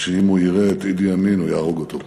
שאם הוא יראה את אידי אמין הוא יהרוג אותו.